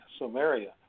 Sumeria